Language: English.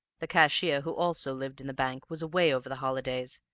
the cashier, who also lived in the bank, was away over the holidays,